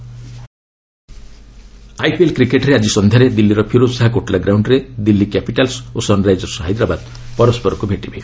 IPL IPL କ୍ରିକେଟ୍ରେ ଆଜି ସନ୍ଧ୍ୟାରେ ଦିଲ୍ଲୀର ଫିରୋଜ ଶାହା କୋଟଲା ଗ୍ରାଉଣ୍ଡରେ ଦିଲ୍ଲୀ କ୍ୟାପିଟାଲ୍ସ ଓ ସନ୍ରାଇଜର୍ସ ହାଇଦ୍ରାବାଦ୍ ପରସ୍କରକୁ ଭେଟିବେ